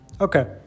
Okay